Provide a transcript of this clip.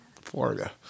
Florida